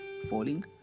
falling